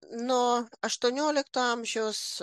nuo aštuoniolikto amžiaus